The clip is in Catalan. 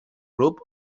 grup